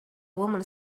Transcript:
woman